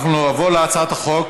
אנחנו נעבור להצעת חוק